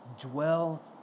dwell